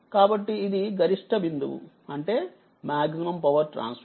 కాబట్టిఇది గరిష్ట బిందువు అంటే మాక్సిమం పవర్ ట్రాన్స్ఫర్